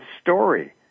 story